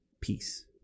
peace